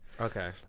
Okay